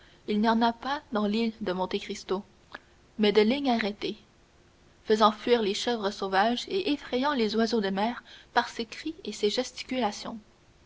il n'y en a pas dans l'île de monte cristo mais de ligne arrêtée faisant fuir les chèvres sauvages et effrayant les oiseaux de mer par ses cris et ses gesticulations